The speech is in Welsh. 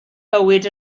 bywyd